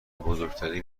بزرگترین